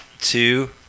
two